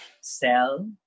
sell